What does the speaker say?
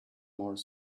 more